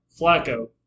Flacco